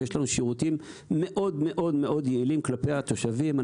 שיש לנו שירותים מאוד מאוד מאוד יעילים כלפי התושבים.